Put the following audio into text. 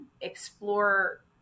explore